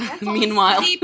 meanwhile